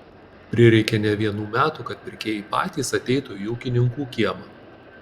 prireikė ne vienų metų kad pirkėjai patys ateitų į ūkininkų kiemą